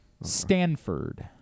Stanford